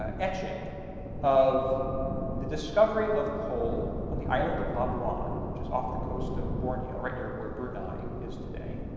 ah etching of the discovery of coal on the island of labuan which is off the coast of borneo right near where bruni is today.